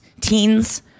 teens